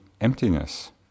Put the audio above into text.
emptiness